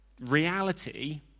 reality